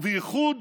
ובייחוד